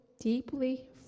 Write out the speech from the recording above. deeply